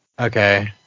Okay